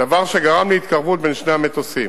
דבר שגרם להתקרבות שני המטוסים.